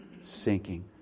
sinking